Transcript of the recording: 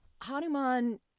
hanuman